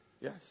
Yes